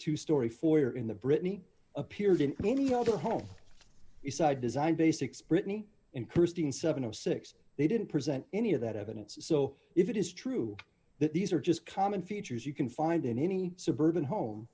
two story for her in the brittany appeared in any other home beside design basics brittany and christine seven o six they didn't present any of that evidence so if it is true that these are just common features you can find in any suburban home